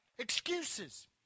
excuses